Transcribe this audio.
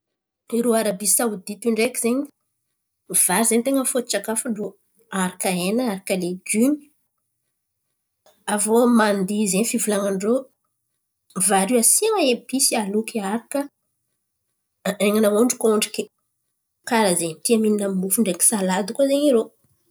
Irô Araby Saodita io ndreky zen̈y vary zen̈y ten̈a ny foto-tsakafon-drô, aharaka hen̈a, aharaka legimo. Avô mandy zen̈y fivolan̈an-drô vary io asian̈a episy aloky aharaka, hen̈a ny ondrikôndriky karà zen̈y tia mihin̈a mofo ndreky salady koa irô.